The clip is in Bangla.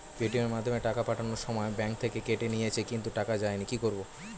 পেটিএম এর মাধ্যমে টাকা পাঠানোর সময় ব্যাংক থেকে কেটে নিয়েছে কিন্তু টাকা যায়নি কি করব?